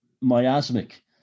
miasmic